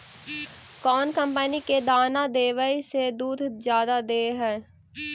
कौन कंपनी के दाना देबए से दुध जादा दे है?